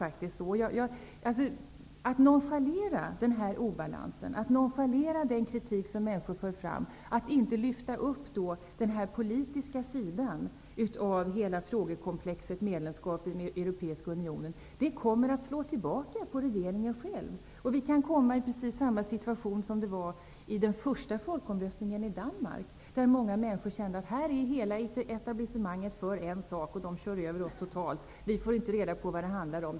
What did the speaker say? Att nonchalera den här obalansen och den kritik som människor för fram och att inte lyfta fram den politiska sidan av frågekomplexet beträffande medlemskapet i den europeiska unionen kommer att slå tillbaka mot regeringen själv. Vi kan komma i precis samma situation som den som gällde vid den första folkomröstningen i Danmark. Många människor kände då att hela etablissemanget var för en sak och att de blev totalt överkörda. Människor menade: Vi får inte reda på vad det handlar om.